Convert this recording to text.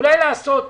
אולי לעשות,